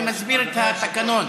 אני מסביר את התקנון.